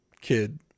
kid